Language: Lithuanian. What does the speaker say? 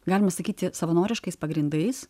galima sakyti savanoriškais pagrindais